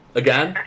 again